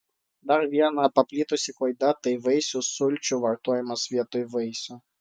dar viena paplitusi klaida tai vaisių sulčių vartojimas vietoj vaisių